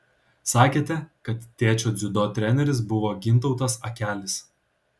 sakėte kad tėčio dziudo treneris buvo gintautas akelis